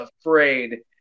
afraid